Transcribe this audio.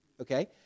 Okay